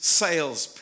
sales